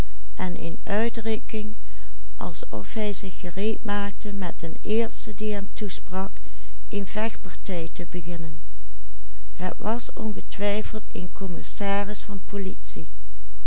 hem toesprak een vechtpartij te beginnen het was ongetwijfeld een commissaris van politie